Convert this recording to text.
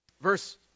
verse